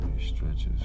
stretches